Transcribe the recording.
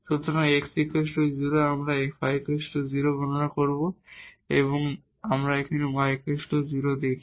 সুতরাং x 0 আমরা fy 0 গণনা করব আমরা এখানে y 0 দেখি